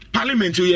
Parliament